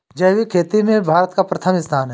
जैविक खेती में भारत का प्रथम स्थान